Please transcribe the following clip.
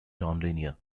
nonlinear